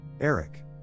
Eric